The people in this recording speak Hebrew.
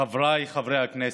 חבריי חברי הכנסת,